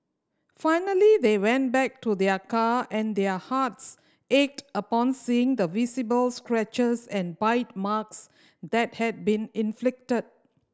finally they went back to their car and their hearts ached upon seeing the visible scratches and bite marks that had been inflicted